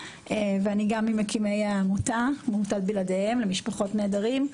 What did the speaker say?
גם ממקימי העמותה, עמותת בלעדיהם למשפחות נעדרים.